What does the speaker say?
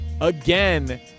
again